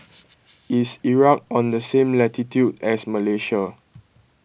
is Iraq on the same latitude as Malaysia